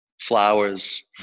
flowers